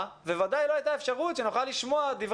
דבר